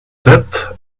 debt